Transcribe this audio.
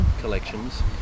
collections